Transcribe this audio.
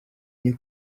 new